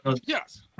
Yes